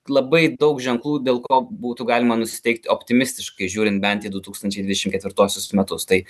labai daug ženklų dėl ko būtų galima nusiteikt optimistiškai žiūrint bent į du tūkstančiai dvidešim ketvirtuosius metus tai